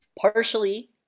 partially